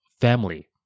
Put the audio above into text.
family